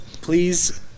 please